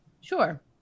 sure